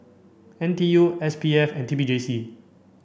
N T U S P F and T P J C